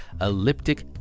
Elliptic